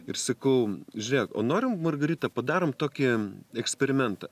ir sakau žiūrėk o nori margarita padarome tokį eksperimentą